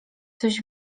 coś